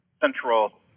central